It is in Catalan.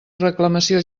reclamació